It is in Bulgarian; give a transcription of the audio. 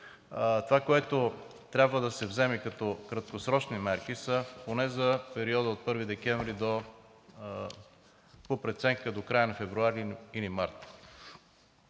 това, което трябва да се вземе като краткосрочни мерки, е поне за периода от 1 декември, по преценка – до края на февруари или март.